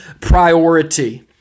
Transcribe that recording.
priority